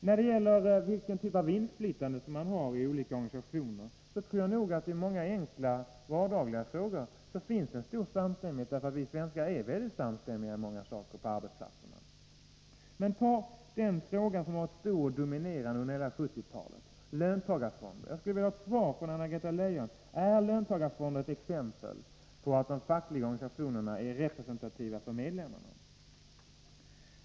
När det gäller vilken typ av inflytande man har i olika organisationer, tror jag att det i många enkla och vardagliga frågor finns en stor samstämmighet, därför att vi svenskar är mycket samstämmiga i många saker på arbetsplatserna. Ta den fråga som var stor och dominerande under hela 1970-talet, nämligen frågan om löntagarfonder. Jag skulle vilja ha ett svar från Anna-Greta Leijon: Är löntagarfonder ett exempel på att de fackliga organisationerna är representativa för medlemmarna?